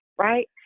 right